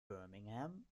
birmingham